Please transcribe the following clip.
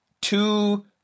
two